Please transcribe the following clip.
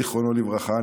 זיכרונו לברכה,